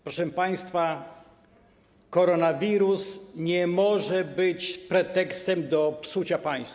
Proszę państwa, koronawirus nie może być pretekstem do psucia państwa.